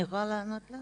אני יכולה לענות לה?